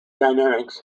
dynamics